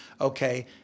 okay